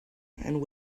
and